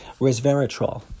resveratrol